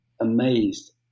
amazed